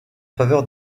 faveur